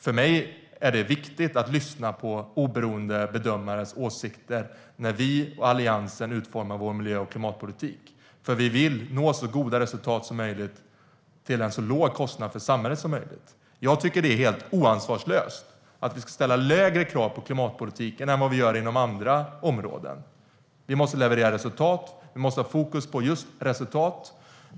För mig är det viktigt att lyssna på oberoende bedömares åsikter när vi och Alliansen utformar vår miljö och klimatpolitik. Vi vill nå så goda resultat som möjligt till en så låg kostnad för samhället som möjligt. Jag tycker att det är helt ansvarslöst att vi ska ställa lägre krav på klimatpolitiken än vi gör inom andra områden. Vi måste leverera resultat, och vi måste ha fokus på just resultat.